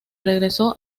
regresó